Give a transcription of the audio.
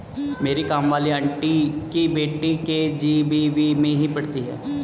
मेरी काम वाली आंटी की बेटी के.जी.बी.वी में ही पढ़ती है